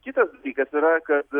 kitas dalykas yra kad